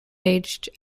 aged